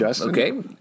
okay